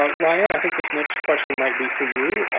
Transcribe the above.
ah ryan, i think this next question might be for you.